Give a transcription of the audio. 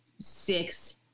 six